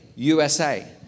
USA